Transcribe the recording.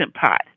Pot